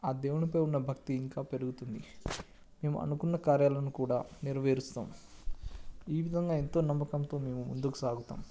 ఆ దేవుని పై ఉన్న భక్తి ఇంకా పెరుగుతుంది మేము అనుకున్న కార్యాలను కూడా నెరవేరుస్తాం ఈ విధంగా ఎంతో నమ్మకంతో మేము ముందుకు సాగుతాం